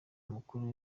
mukuru